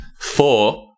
four